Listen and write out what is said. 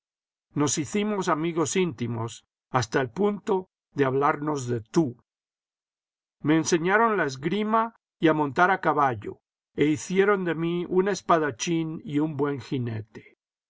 nos hicimos amigos íntimos hasta el punto de hablarnos de tú me enseñaron la esgrima y a montar a caballo e hicieron de mí un espadachín y un buen jinete